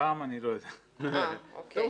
איכות בוצה.